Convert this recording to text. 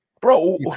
bro